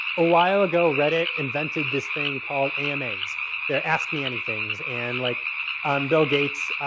a while ago reddit invented this thing called amas. they're asking me anything's. and like bill gates,